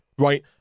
Right